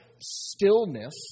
stillness